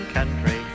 country